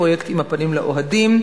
פרויקט "עם הפנים לאוהדים",